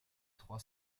trois